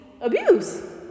abuse